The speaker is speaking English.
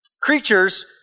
Creatures